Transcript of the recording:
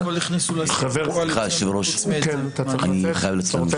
סליחה, היושב-ראש, אני חייב לצאת לממשלה.